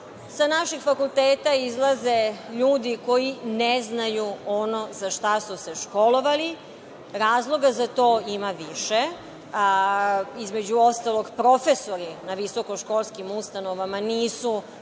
Sa naših fakulteta izlaze ljudi koji ne znaju ono za šta su se školovali. Razloga za to ima više. Između ostalo, profesori na visokoškolskim ustanovama nisu